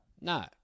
No